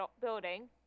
building